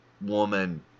woman